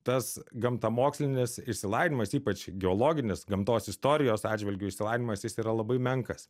tas gamtamokslinis išsilavinimas ypač geologinis gamtos istorijos atžvilgiu išsilavinimas jis yra labai menkas